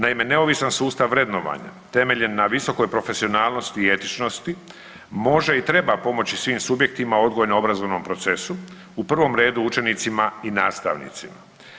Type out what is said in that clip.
Naime, neovisan sustav vrednovanja temeljen na visokoj profesionalnosti i etičnosti može i treba pomoći svim subjektima u odgojno obrazovnom procesu u prvom redu učenicima i nastavnicima.